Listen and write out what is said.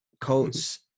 Colts